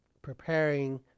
preparing